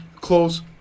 close